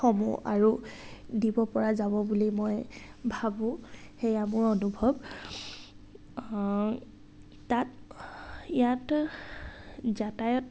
সমূহ আৰু দিব পৰা যাব বুলি মই ভাবোঁ সেয়া মোৰ অনুভৱ তাত ইয়াত যাতায়ত